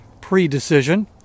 pre-decision